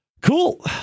Cool